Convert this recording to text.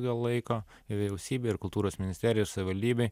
dėl laiko vyriausybei ir kultūros ministerijai ir savivaldybei